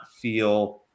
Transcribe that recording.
feel